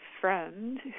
friend